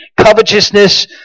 covetousness